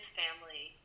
family